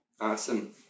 Awesome